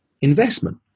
investment